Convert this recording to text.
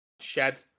shed